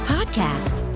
Podcast